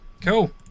cool